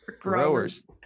Growers